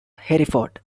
hereford